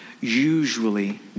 usually